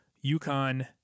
Yukon